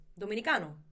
dominicano